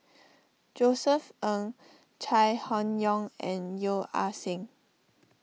Josef Ng Chai Hon Yoong and Yeo Ah Seng